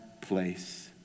place